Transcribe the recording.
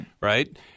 right